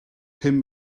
pum